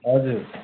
हजुर